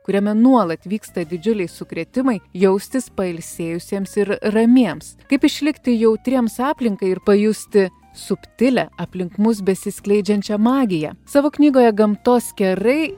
kuriame nuolat vyksta didžiuliai sukrėtimai jaustis pailsėjusiems ir ramiems kaip išlikti jautriems aplinkai ir pajusti subtilią aplink mus besiskleidžiančią magiją savo knygoje gamtos kerai